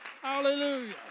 Hallelujah